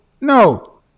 no